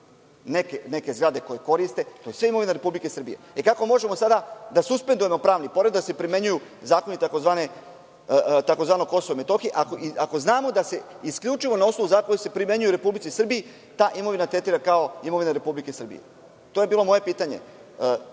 neke zgrade koje koriste. To je sve imovina Republike Srbije. Kako možemo sada da suspendujemo pravni poredak tako da se primenjuju zakoni tzv. Kosova i Metohije, ako znamo da se isključivo na osnovu zakona koji se primenjuju u Republici Srbiji ta imovina tretira kao imovina Republike Srbije? To je bilo moje pitanje.